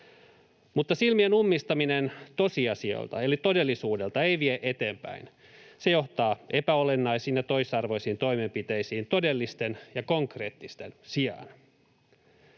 Mutta silmien ummistaminen tosiasioilta eli todellisuudelta ei vie eteenpäin. Se johtaa epäolennaisiin ja toisarvoisiin toimenpiteisiin todellisten ja konkreettisten sijaan.